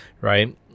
right